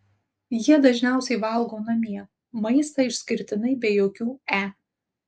jie dažniausiai valgo namie maistą išskirtinai be jokių e